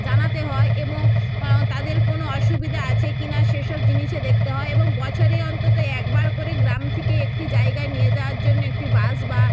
জানাতে হয় এবং তাদের কোনো অসুবিধা আছে কিনা সেসব জিনিস দেখতে হয় এবং বছরে অন্তত একবার করে গ্রাম থেকে একটি জায়গায় নিয়ে যাওয়ার জন্য একটি বাস বা